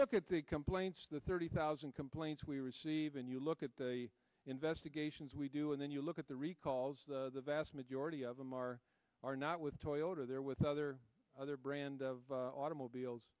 look at the complaints the thirty thousand complaints we receive and you look at the investigations we do and then you look at the recalls the vast majority of them are are not with toyota they're with other other brand of automobiles